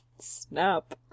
Snap